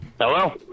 Hello